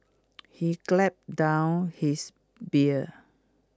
he gulped down his beer